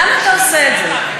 למה אתה עושה את זה?